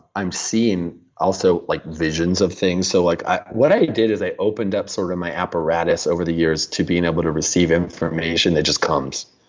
i'm seeing, also, like visions of things so like what i did is i opened up sort of my apparatus over the years to being able to receive information that just comes.